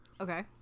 okay